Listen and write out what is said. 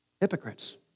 Hypocrites